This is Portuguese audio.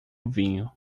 vinho